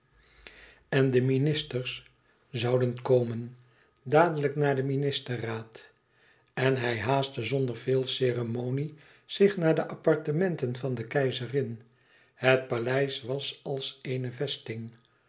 en de ministers zouden komen dadelijk na den ministerraad en hij haastte zonder veel ceremonie zich naar de appartementen van de keizerin het paleis was als eene vesting